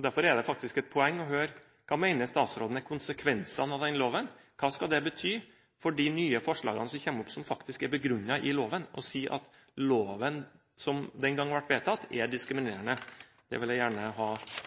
Derfor er det faktisk et poeng å få høre: Hva mener statsråden er konsekvensene av den loven? Hva skal det bety for de nye forslagene som kommer opp, som faktisk er begrunnet i loven, å si at loven som den gang ble vedtatt, er diskriminerende? Det vil jeg gjerne ha